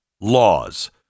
laws